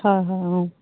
হয় হয় অঁ